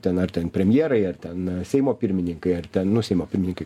ten ar ten premjerai ar ten seimo pirmininkai ar ten nu seimo pirmininkai